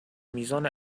میزان